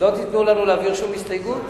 ולא תיתנו לנו להעביר שום הסתייגות?